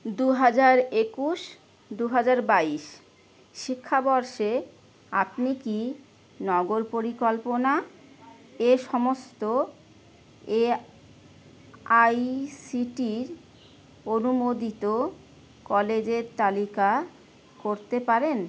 দু হাজার একুশ দু হাজার বাইশ শিক্ষাবর্ষে আপনি কি নগর পরিকল্পনা এ সমস্ত এ আইসিটির অনুমোদিত কলেজের তালিকা করতে পারেন